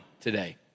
today